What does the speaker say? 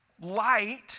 light